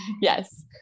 Yes